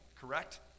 correct